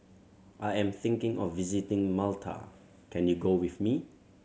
I am thinking of visiting Malta can you go with me